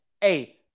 Hey